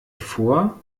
vor